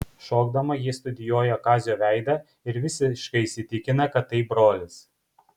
šokdama ji studijuoja kazio veidą ir visiškai įsitikina kad tai brolis